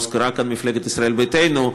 הוזכרה כאן מפלגת ישראל ביתנו,